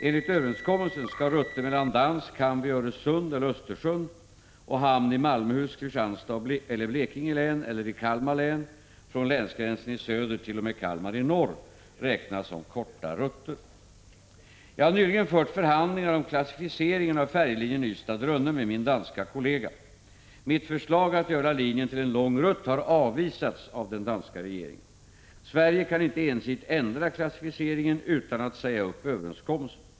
Enligt överenskommelsen skall rutter mellan dansk hamn vid Öresund eller Östersjön och hamn i Malmöhus, Kristianstads eller Blekinge län eller i Kalmar län från länsgränsen i söder t.o.m. Kalmar i norr räknas som korta rutter. Jag har nyligen fört förhandlingar om klassificeringen av färjelinjen Ystad-Rönne med min danska kollega. Mitt förslag att göra linjen till en lång rutt har avvisats av den danska regeringen. Sverige kan inte ensidigt ändra klassificeringen utan att säga upp överenskommelsen.